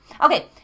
Okay